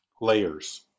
layers